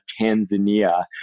Tanzania